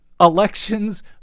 Elections